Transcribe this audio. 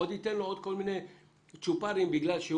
הוא ייתן לו עוד כל מיני צ'ופרים בגלל שהוא